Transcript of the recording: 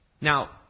Now